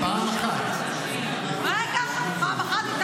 במינוי --- פעם אחת.